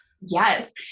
Yes